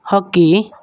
hockey